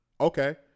Okay